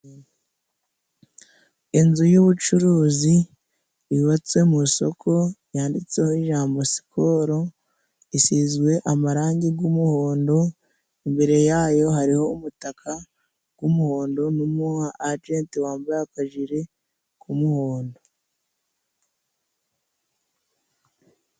Inzu yubucuruzi yubatse mu isoko, yanditseho ijambo sikoro isizwe amarangi g'umuhondo, imbere yayo hariho umutaka g'umuhondo ,numu agenti wambaye akajiri k'umuhondo.